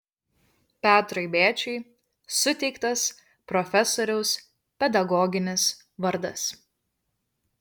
petrui bėčiui suteiktas profesoriaus pedagoginis vardas